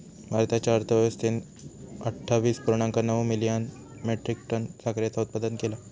भारताच्या अर्थव्यवस्थेन अट्ठावीस पुर्णांक नऊ मिलियन मेट्रीक टन साखरेचा उत्पादन केला